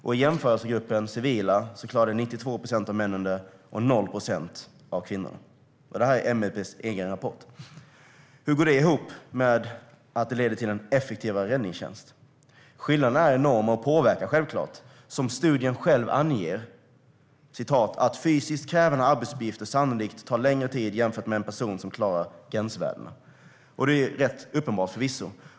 I jämförelsegruppen civila klarade 92 procent av männen det, men 0 procent av kvinnorna. Det här är alltså MSB:s egen rapport. Hur går det ihop med att det här skulle leda till en effektivare räddningstjänst? Skillnaden är enorm, och det påverkar självklart. Som studien själv anger kommer "fysiskt krävande arbetsuppgifter sannolikt ta längre tid jämfört med en person som klarar gränsvärdena". Det är förvisso rätt uppenbart.